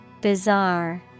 bizarre